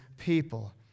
people